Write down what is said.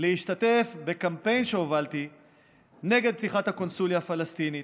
להשתתף בקמפיין שהובלתי נגד פתיחת הקונסוליה הפלסטינית,